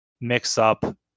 mix-up